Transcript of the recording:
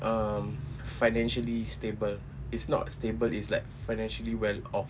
um financially stable is not stable is like financially well off